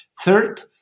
Third